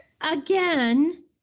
again